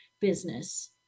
business